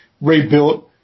rebuilt